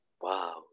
wow